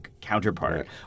counterpart